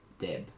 Deb